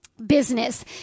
business